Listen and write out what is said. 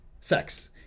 sex